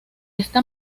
esta